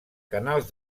canals